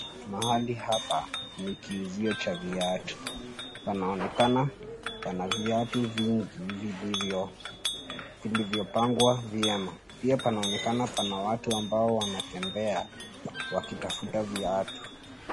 Mahali hapa ni kiuzio cha viatu. Panaonekana pana viatu vingi vilivyopangwa vyema. Pia panaonekana pana watu ambao wanatembea wakitafuta viatu.